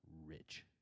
rich